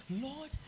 Lord